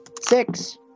six